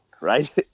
right